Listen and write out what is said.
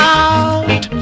out